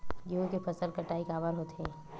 गेहूं के फसल कटाई काबर होथे?